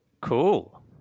Cool